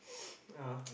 ah